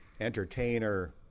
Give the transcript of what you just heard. entertainer